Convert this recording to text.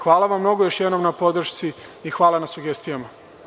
Hvala vam mnogo još jednom na podršci ihvala na sugestijama.